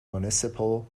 municipal